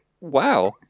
wow